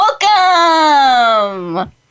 Welcome